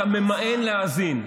אתה ממאן להאזין.